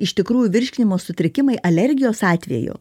iš tikrųjų virškinimo sutrikimai alergijos atveju